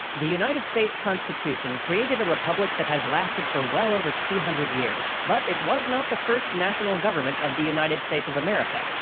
the united states constitution created a republic that has lasted for well over two hundred years, but it was not the first national government of the united states of america.